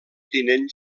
tinent